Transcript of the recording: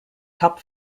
top